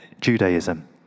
Judaism